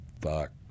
Fuck